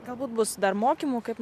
galbūt bus dar mokymų kaip